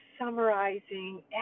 summarizing